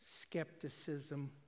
skepticism